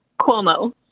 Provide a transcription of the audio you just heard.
Cuomo